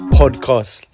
podcast